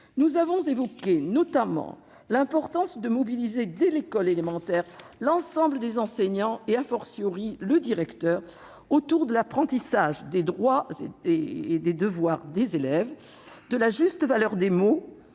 Nous avons évoqué notamment l'importance de mobiliser dès l'école élémentaire l'ensemble des enseignants, le directeur, autour de l'apprentissage des droits et des devoirs des élèves et de la juste valeur des mots,